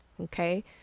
Okay